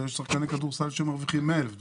ויש שחקני כדורסל שמרוויחים 100,000 דולר.